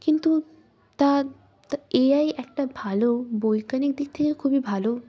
কিন্তু তা A I একটা ভালো বৈজ্ঞানিক দিক থেকে খুবই ভালো